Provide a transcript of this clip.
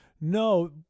No